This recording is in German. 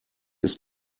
ist